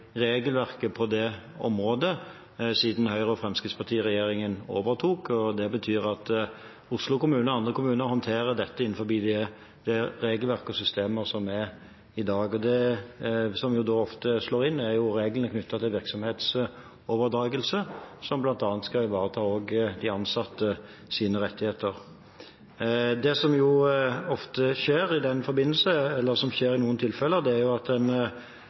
regelverket på det området siden Høyre–Fremskrittsparti-regjeringen overtok. Det betyr at Oslo kommune og andre kommuner håndterer dette innenfor det regelverket og de systemer som er i dag. Det som ofte slår inn, er reglene knyttet til virksomhetsoverdragelse, som bl.a. skal ivareta de ansattes rettigheter. Det som ofte skjer i den forbindelse, eller som skjer i noen tilfeller, er at man går fra ytelsesbaserte pensjoner til innskuddsbaserte pensjoner. Jeg vil tenke at det er